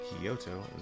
Kyoto